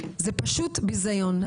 זה פשוט ביזיון.